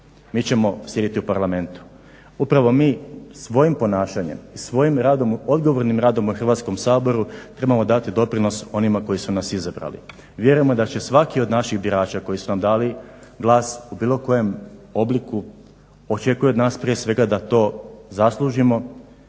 mi ćemo sjediti u Parlamentu. Upravo mi svojim ponašanjem, svojim radom, odgovornim radom u Hrvatskom saboru trebamo dati doprinos onima koji su nas izabrali. Vjerujemo da će svaki od naših birača koji su nam dali glas u bilo kojem obliku očekuju od nas prije svega da to zaslužimo.